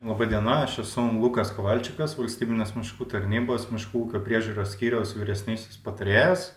laba diena aš esu lukas kovalčikas valstybinės miškų tarnybos miškų ūkio priežiūros skyriaus vyresnysis patarėjas